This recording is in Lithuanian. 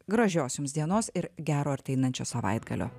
gražios jums dienos ir gero arteinančio savaitgalio